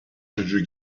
çocuğu